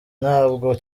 ntabwo